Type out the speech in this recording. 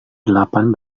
delapan